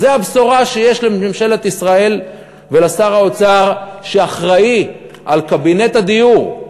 זו הבשורה שיש לממשלת ישראל ולשר האוצר שאחראי על קבינט הדיור.